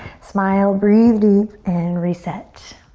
smile, breathe deep, and reset.